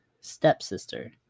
stepsister